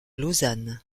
lausanne